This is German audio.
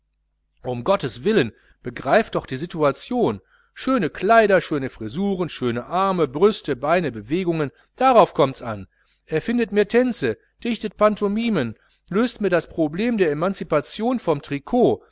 gesungen werden umgotteswillen begreift doch die situation schöne kleider schöne frisuren schöne arme brüste beine bewegungen darauf kommts an erfindet mir tänze dichtet pantomimen löst mir das problem der emanzipation vom tricot